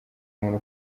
umuntu